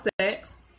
sex